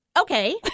Okay